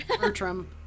Bertram